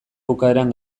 bukaeran